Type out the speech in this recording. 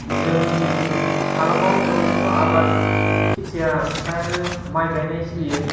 जोंनि हामालाव ओरैनोथ' आबाद खेथिया फ्रायानो माइ गायनाय सोलियो